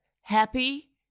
Happy